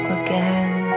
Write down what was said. again